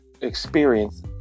experience